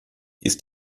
ist